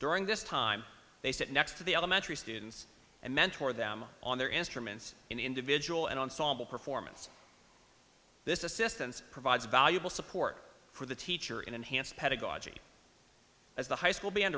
during this time they sit next to the elementary students and mentor them on their instruments in individual and ensemble performance this is assistance provides valuable support for the teacher in enhanced pedagogy as the high school b